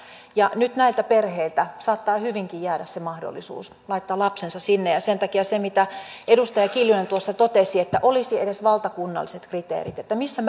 nyt näiltä perheiltä saattaa hyvinkin jäädä se mahdollisuus laittaa lapsensa sinne sen on takia se mitä edustaja kiljunen tuossa totesi että olisi edes valtakunnalliset kriteerit missä